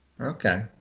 okay